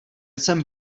jsem